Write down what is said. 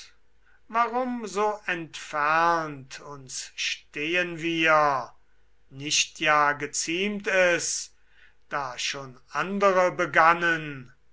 warum so entfernt uns stehen wir nicht ja geziemt es da schon andre begannen